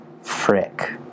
Frick